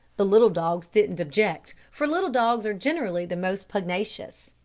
the little dogs didn't object, for little dogs are generally the most pugnacious.